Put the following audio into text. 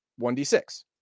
1d6